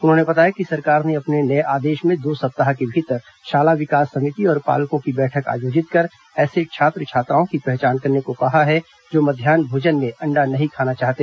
उन्होंने बताया कि सरकार ने अपने नए आदेश में दो सप्ताह के भीतर शाला विकास समिति और पालकों की बैठक आयोजित कर ऐसे छात्र छात्राओं की पहचान करने को कहा है जो मध्यान्ह भोजन में अण्डा नहीं खाना चाहते